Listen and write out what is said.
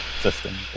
system